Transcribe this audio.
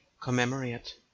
commemorate